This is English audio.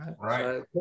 right